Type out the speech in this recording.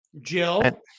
Jill